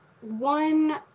One